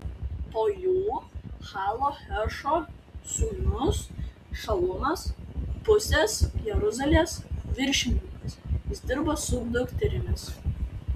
po jų ha lohešo sūnus šalumas pusės jeruzalės viršininkas jis dirbo su dukterimis